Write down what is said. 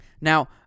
Now